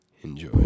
Enjoy